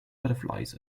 butterflies